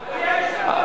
הזה.